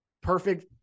Perfect